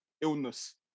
illness